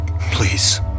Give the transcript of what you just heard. Please